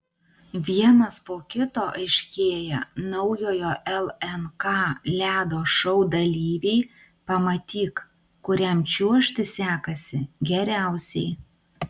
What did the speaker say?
vienas po kito aiškėja naujojo lnk ledo šou dalyviai pamatyk kuriam čiuožti sekasi geriausiai